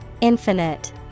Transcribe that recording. infinite